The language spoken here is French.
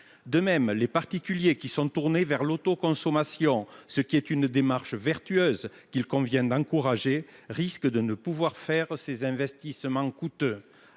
De même, les particuliers qui se sont tournés vers l’autoconsommation, une démarche vertueuse qu’il convient d’encourager, risquent de ne pouvoir faire ces investissements coûteux